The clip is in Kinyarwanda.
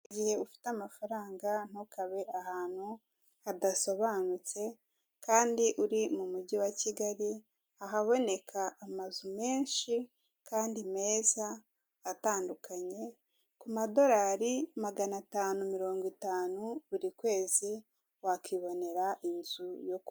Igihe ufite amafaranga ntukabe ahantu hadasobanutse kandi uri mu mujyi wa Kigali ahaboneka amazu menshi kandi meza atandukanye ku madorari magana atanu mirongo itanu buri kwezi wakibonera inzu yo kubamo.